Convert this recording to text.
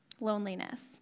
loneliness